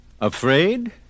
Afraid